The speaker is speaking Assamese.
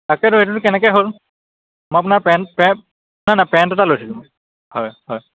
তাকে ধৰিছিলোঁ কেনেকৈ হ'ল মই আপোনাৰ পেণ্ট নহয় নহয় পেণ্ট এটা লৈছিলোঁ মই হয় হয়